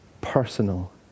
personal